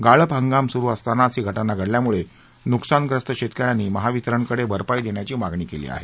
गाळप हंगाम सुरू असतानाच ही घटना घडल्यामुळे नुकसानग्रस्त शेतकऱ्यांनी महावितरणकडे भरपाई देण्याची मागणी केली आहे